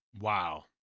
Wow